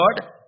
God